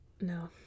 No